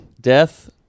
Death